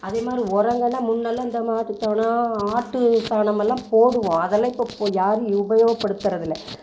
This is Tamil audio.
அதே மாதிரி உரங்கனா முன்னெல்லாம் இந்த மாட்டு சாணம் ஆட்டு சாணமெல்லாம் போடுவோம் அதெல்லாம் இப்போப்ப யாரும் உபயோப்படுத்தறதில்லை